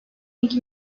iki